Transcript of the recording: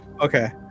Okay